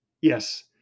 Yes